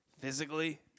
Physically